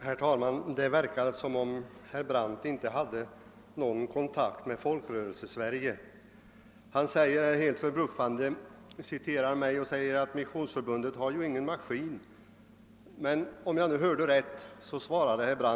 Herr talman! Det verkar som om herr Brandt inte har någon som helst kontakt med Folkrörelsesverige. Han citerade mig och sade helt förbluffande att Missionsförbundet har ju ingen maskin och då får man där ingen arbetsgivaravgift. Jag hoppas att jag hörde rätt.